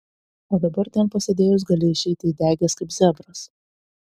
o dabar ten pasėdėjus gali išeiti įdegęs kaip zebras